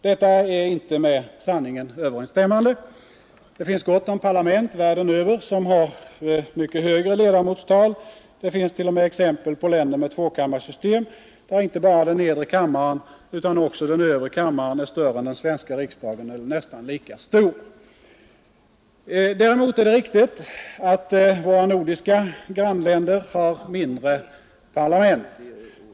Detta är inte med sanningen överensstämmande. Det finns gott om parlament världen över som har mycket högre ledamotstal. Det finns t.o.m. exempel på länder med tvåkammarsystem där inte bara den nedre kammaren utan också den övre är större än den svenska riksdagen eller nästan lika stor. Däremot är det riktigt att våra nordiska grannländer har mindre parlament.